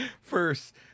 first